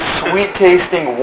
sweet-tasting